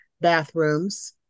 bathrooms